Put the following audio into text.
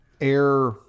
air